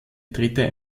dritte